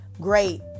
great